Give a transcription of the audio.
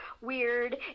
weird